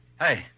Hey